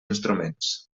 instruments